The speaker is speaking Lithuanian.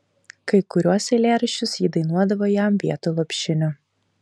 kai kuriuos eilėraščius ji dainuodavo jam vietoj lopšinių